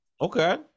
Okay